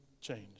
change